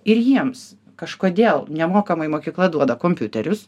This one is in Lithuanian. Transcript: ir jiems kažkodėl nemokamai mokykla duoda kompiuterius